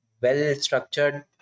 well-structured